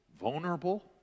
vulnerable